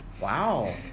Wow